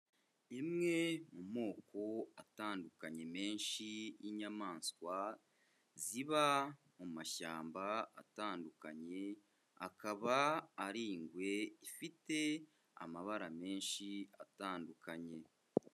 Imwe mu moko atandukanye menshi y'inyamaswa ziba mu mashyamba atandukanye, akaba ari ingwe ifite amabara menshi atandukanye.